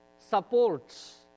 supports